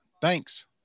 Thanks